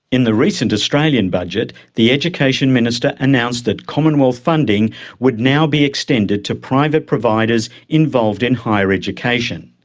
in the recent australian budget, the education minister announced that commonwealth funding would now be extended to private providers involved in higher education.